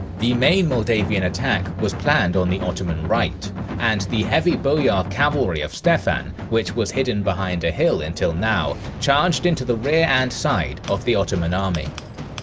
the main moldavian attack was planned on the ottoman right and the heavy boyar cavalry of stephen, which was hidden behind a hill until now charged into the rear and side of the ottoman army.